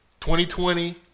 2020